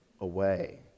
away